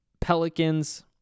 Pelicans